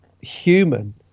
human